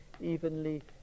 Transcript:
evenly